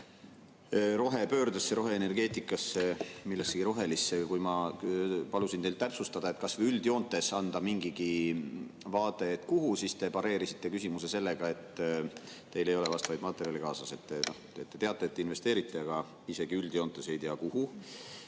rohepöördesse, roheenergeetikasse, millessegi rohelisse. Kui ma palusin teil täpsustada, kas või üldjoontes anda mingigi vaade, et kuhu, siis te pareerisite küsimuse sellega, et teil ei ole vastavaid materjale kaasas. Te teate, et investeerite, aga isegi üldjoontes ei tea, kuhu.